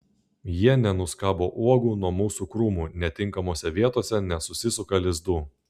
jie nenuskabo uogų nuo mūsų krūmų netinkamose vietose nesusisuka lizdų